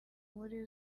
muri